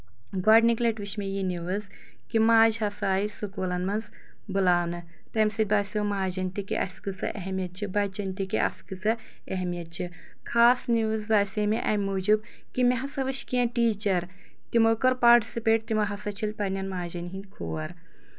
گۄڈٕنِکہِ لَٹہِ وُچھ مےٚ یِم نیؤز کہِ ماجہِ ہسا آیہِ سکوٗلَن منٛز بُلاونہٕ تَمہِ سۭتۍ باسٮ۪و ماجٮ۪ن تہِ کہِ اَسہِ کٲژاہ اہمیت چھِ بَچٮ۪ن تہِ کہِ اَسہِ کٲژاہ اہمیت چھِ خاص نیؤز باسے مےٚ اَمہِ موٗجوٗب کہِ مےٚ ہسا وُچھ کیٚنٛہہ ٹیٖچر تِمَو کٔر پارٹِسِپیٹ تِمو ہسا چھیٚلۍ پَنٕنٮ۪ن ماجٮ۪ن ہٕنٛدۍ کھور